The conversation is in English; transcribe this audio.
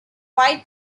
white